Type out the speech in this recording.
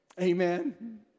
Amen